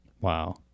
Wow